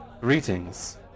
Greetings